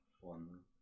one